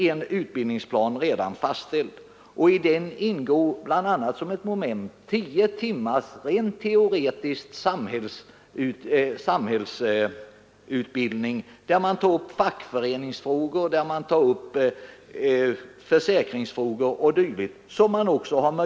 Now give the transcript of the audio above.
En utbildningsplan finns redan fastställd, och i den ingår bl.a. som ett moment tio timmars rent teoretisk samhällsutbildning, där fackföreningsfrågor, försäkringsfrågor o. d. tas upp.